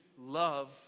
love